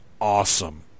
awesome